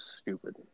stupid